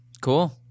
Cool